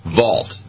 vault